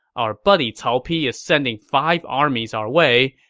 our buddy cao pi is sending five armies our way,